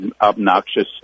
obnoxious